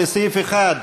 לסעיף 1,